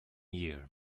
year